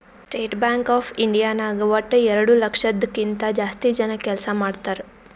state Bank of India ನಾಗ್ ವಟ್ಟ ಎರಡು ಲಕ್ಷದ್ ಕಿಂತಾ ಜಾಸ್ತಿ ಜನ ಕೆಲ್ಸಾ ಮಾಡ್ತಾರ್